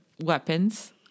weapons